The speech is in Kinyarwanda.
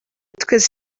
twese